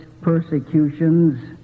persecutions